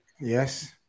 yes